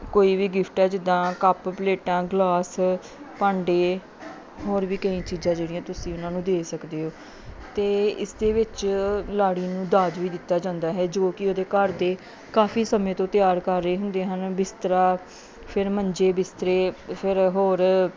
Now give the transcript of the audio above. ਕੋਈ ਵੀ ਗਿਫਟ ਹੈ ਜਿੱਦਾਂ ਕੱਪ ਪਲੇਟਾਂ ਗਲਾਸ ਭਾਂਡੇ ਹੋਰ ਵੀ ਕਈ ਚੀਜ਼ਾਂ ਜਿਹੜੀਆਂ ਤੁਸੀਂ ਉਹਨਾਂ ਨੂੰ ਦੇ ਸਕਦੇ ਹੋ ਅਤੇ ਇਸ ਦੇ ਵਿੱਚ ਲਾੜੀ ਨੂੰ ਦਾਜ ਵੀ ਦਿੱਤਾ ਜਾਂਦਾ ਹੈ ਜੋ ਕਿ ਉਹਦੇ ਘਰ ਦੇ ਕਾਫੀ ਸਮੇਂ ਤੋਂ ਤਿਆਰ ਕਰ ਰਹੇ ਹੁੰਦੇ ਹਨ ਬਿਸਤਰਾ ਫਿਰ ਮੰਜੇ ਬਿਸਤਰੇ ਫਿਰ ਹੋਰ